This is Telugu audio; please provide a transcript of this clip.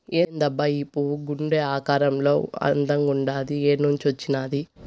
ఏందబ్బా ఈ పువ్వు గుండె ఆకారంలో అందంగుండాది ఏన్నించొచ్చినాది